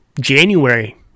January